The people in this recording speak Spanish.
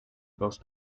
los